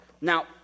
Now